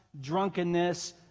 drunkenness